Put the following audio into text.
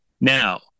Now